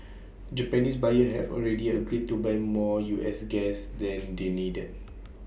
Japanese buyers have already agreed to buy more U S gas than they needed